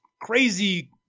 crazy